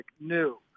new